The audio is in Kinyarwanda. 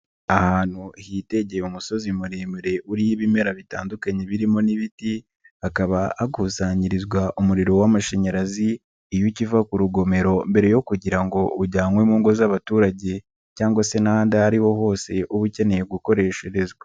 Ahantu higeye umusozi muremure uriho ibimera bitandukanye birimo n'ibiti hakaba hakusanyirizwa umuriro w'amashanyarazi iyo ukiva ku rugomero mbere yo kugira ngo ujyanywe mu ngo z'abaturage cyangwa se n'andi aho ariho hose uba ukeneye gukoresherezwa.